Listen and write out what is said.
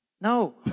No